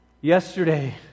Yesterday